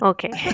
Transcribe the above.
Okay